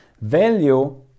value